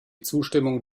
zustimmung